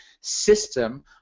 system